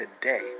today